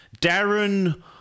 Darren